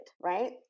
right